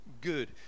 good